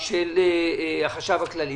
של החשב הכללי.